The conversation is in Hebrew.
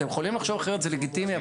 אתם יכולים לחשוב אחרת, זה לגיטימי.